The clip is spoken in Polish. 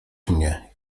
mnie